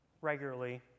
regularly